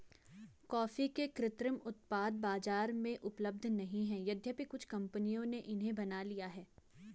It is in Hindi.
कॉफी के कृत्रिम उत्पाद बाजार में उपलब्ध नहीं है यद्यपि कुछ कंपनियों ने इन्हें बना लिया है